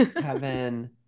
Kevin